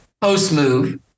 post-move